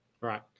Right